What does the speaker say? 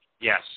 yes